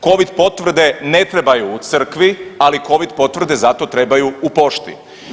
COVID potvrde ne trebaju u Crkvi ali COVID potvrde zato trebaju u pošti.